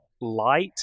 light